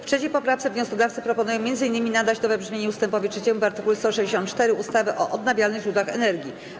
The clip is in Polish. W 3. poprawce wnioskodawcy proponują m.in. nadać nowe brzmienie ust. 3 w art. 164 ustawy o odnawialnych źródłach energii.